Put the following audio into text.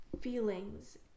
feelings